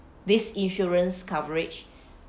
this insurance coverage